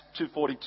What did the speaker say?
2.42